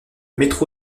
métro